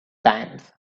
times